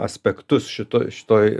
aspektus šito šitoj